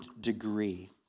degree